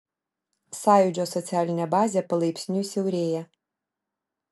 sąjūdžio socialinė bazė palaipsniui siaurėja